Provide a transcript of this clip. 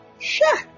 Sure